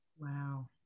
wow